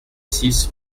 six